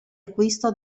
acquisto